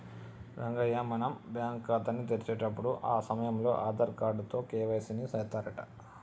రంగయ్య మనం బ్యాంకు ఖాతాని తెరిచేటప్పుడు ఆ సమయంలో ఆధార్ కార్డు తో కే.వై.సి ని సెత్తారంట